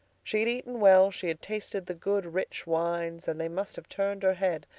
she had eaten well she had tasted the good, rich wines, and they must have turned her head,